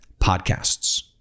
podcasts